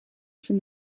from